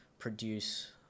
produce